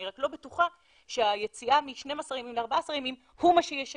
אני רק לא בטוחה שהיציאה מ-12 ימים ל-14 ימים הוא מה שישקם,